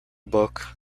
book